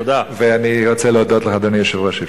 אני רוצה להודות לך, אדוני היושב-ראש.